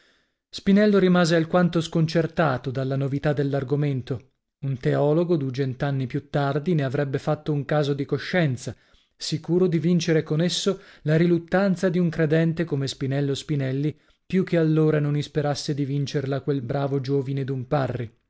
spinello rimase alquanto sconcertato dalla novità dell'argomento un teologo dugent'anni più tardi ne avrebbe fatto un caso di coscienza sicuro di vincere con esso la riluttanza di un credente come spinello spinelli più che allora non isperasse di vincerla quel bravo giovine d'un parri